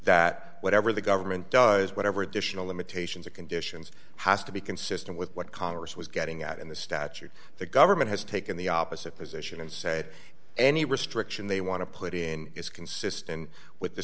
that whatever the government does whatever additional limitations or conditions has to be consistent with what congress was getting at in the statute the government has taken the opposite position and said any restriction they want to put in is consistent with the